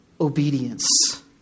obedience